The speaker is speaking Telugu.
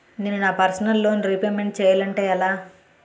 నేను నా పర్సనల్ లోన్ రీపేమెంట్ చేయాలంటే ఎలా?